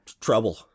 Trouble